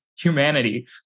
humanity